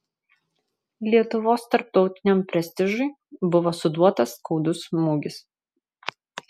lietuvos tarptautiniam prestižui buvo suduotas skaudus smūgis